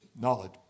Knowledge